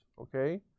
Okay